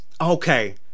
Okay